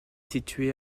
située